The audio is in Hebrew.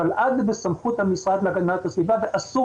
אבל אז בסמכות המשרד להגנת הסביבה ואסור